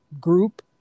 group